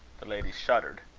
the ladies shuddered.